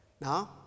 Now